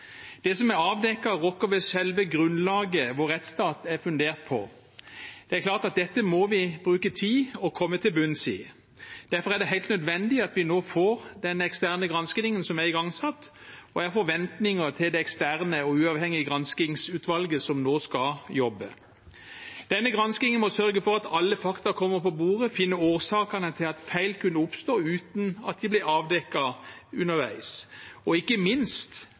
Det som er avdekket, rokker ved selve grunnlaget vår rettsstat er fundert på. Det er klart at dette må vi bruke tid på å komme til bunns i. Derfor er det helt nødvendig at vi får den eksterne granskingen som er igangsatt, og jeg har forventninger til det eksterne og uavhengige granskingsutvalget som nå skal jobbe. Denne granskingen må sørge for at alle fakta kommer på bordet, finne årsakene til at feil kunne oppstå uten at de ble avdekket underveis, og ikke minst